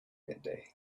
midday